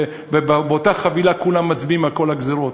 ובאותה חבילה כולם מצביעים על כל הגזירות.